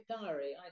diary